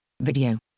Video